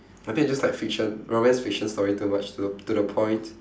I think I just like fiction romance fiction story too much to the to the point